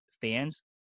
fans